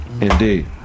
Indeed